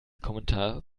kommentar